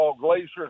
glaciers